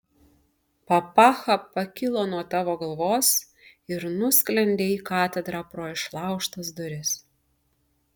papacha pakilo nuo tavo galvos ir nusklendė į katedrą pro išlaužtas duris